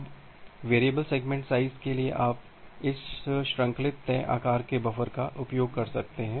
अब variable segment size के लिए आप इस श्रृंखलित तय आकार के बफर का उपयोग कर सकते हैं